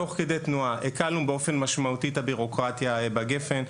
תוך כדי תנועה הקלנו באופן משמעותי את הביורוקרטיה בגפ"ן.